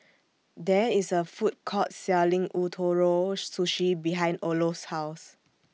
There IS A Food Court Selling Ootoro Sushi behind Olof's House